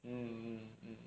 mm mm mm